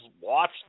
watch